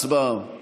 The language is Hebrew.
הצבעה.